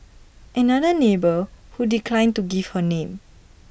another neighbour who declined to give her name